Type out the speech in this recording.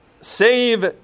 save